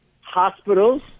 hospitals